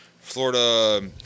Florida